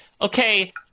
okay